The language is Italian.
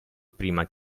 prima